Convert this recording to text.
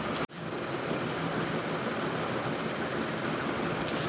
কোন সিকিউরিটির উপর যে টাকা পাওয়া যায় তাকে ইয়েল্ড বলা হয়